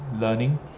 learning